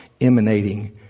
emanating